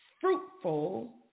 fruitful